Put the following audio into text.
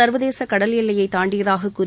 சர்வதேச கடல் எல்லையை தாண்டியதாக கூறி